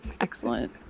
Excellent